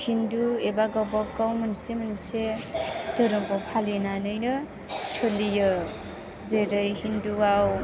हिन्दु एबा गावबागाव मोनसे मोनसे दोहोरोमखौ फालिनानैनो सोलियो जेरै हिन्दुआव